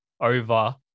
over